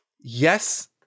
yes